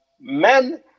Men